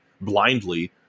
blindly